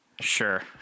Sure